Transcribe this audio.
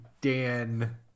Dan